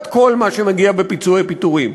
ולא את כל מה שמגיע בפיצויי פיטורים,